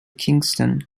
kingston